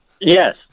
Yes